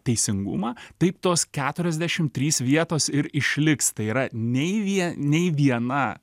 teisingumą taip tos keturiasdešim trys vietos ir išliks tai yra nei vie nei viena